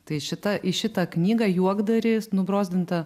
tai šita į šitą knygą juokdarį nubrozdinta